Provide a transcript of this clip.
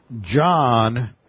John